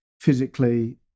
physically